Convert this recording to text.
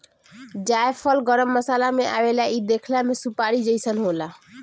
जायफल गरम मसाला में आवेला इ देखला में सुपारी जइसन होला